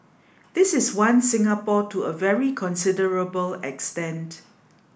this is one Singapore to a very considerable extent